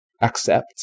accept